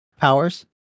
powers